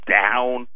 down